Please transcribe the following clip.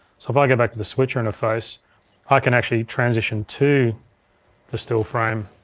so if i go back to the switcher interface i can actually transition to the still frame,